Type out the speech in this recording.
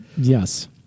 Yes